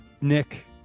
Nick